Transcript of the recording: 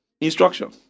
Instruction